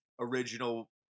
original